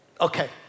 Okay